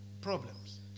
Problems